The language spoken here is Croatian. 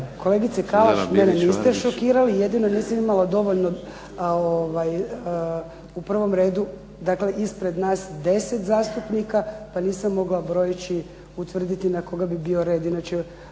kolegice Kalaš. Mene niste šokirali, jedino nisam imala dovoljno u prvom redu ispred nas deset zastupnika pa nisam mogla brojeći utvrditi na koga bi bio red, inače